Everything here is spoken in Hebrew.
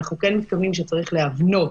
אנחנו כן מתכוונים שצריך להבנות